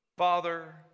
Father